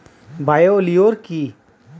Bio lure কি?